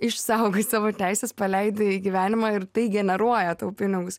išsaugai savo teises paleidai į gyvenimą ir tai generuoja tau pinigus